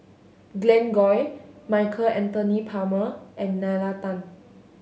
Glen Goei Michael Anthony Palmer and Nalla Tan